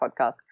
podcast